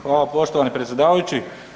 Hvala poštovani predsjedavajući.